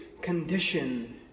condition